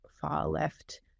far-left